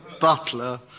butler